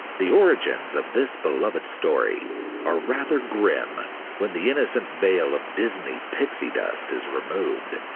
the origins of this beloved story are rather grim when the innocent veil of disney pixie dust is removed.